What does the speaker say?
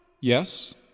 Yes